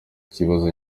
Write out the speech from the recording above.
ikibazo